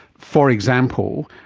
for example,